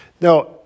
Now